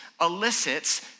elicits